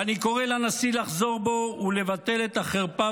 ואני קורא לנשיא לחזור בו ולבטל את החרפה